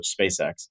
SpaceX